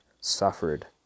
suffered